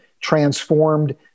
transformed